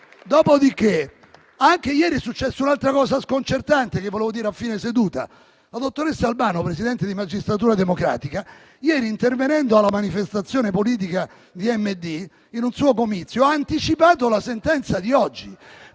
Dopodiché ieri è successa un'altra cosa sconcertante, che volevo dire a fine seduta: la dottoressa Albano, presidente di Magistratura democratica, ieri, intervenendo alla manifestazione politica di MD, in un suo comizio ha anticipato la sentenza di oggi,